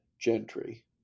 gentry